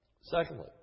Secondly